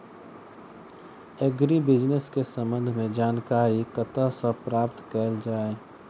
Agri business केँ संबंध मे जानकारी कतह सऽ प्राप्त कैल जाए?